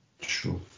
Sure